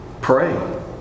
pray